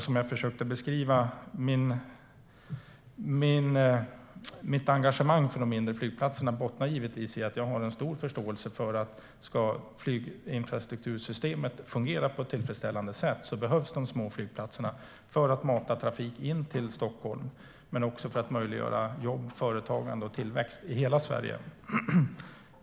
Som jag försökte beskriva bottnar mitt engagemang för de mindre flygplatserna i att jag har en stor förståelse för att de små flygplatserna behövs för att flyginfrastruktursystemet ska fungera på ett tillfredsställande sätt. De behövs för att mata trafik in till Stockholm, men också för att möjliggöra jobb, företagande och tillväxt i hela Sverige.